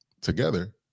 together